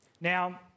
Now